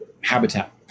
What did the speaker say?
habitat